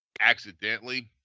accidentally